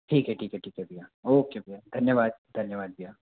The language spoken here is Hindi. ठीक है ठीक है ठीक है भैया ओके भैया धन्यवाद धन्यवाद भैया